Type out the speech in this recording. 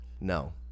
No